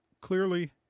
clearly